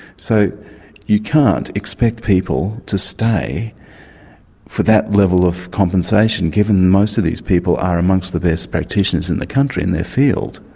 so you can't expect people to stay for that level of compensation, given that most of these people are amongst the best practitioners in the country in their field.